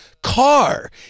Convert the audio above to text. car